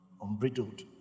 Unbridled